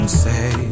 say